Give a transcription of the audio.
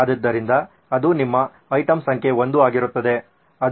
ಆದ್ದರಿಂದ ಅದು ನಿಮ್ಮ ಐಟಂ ಸಂಖ್ಯೆ 1 ಆಗಿರುತ್ತದೆ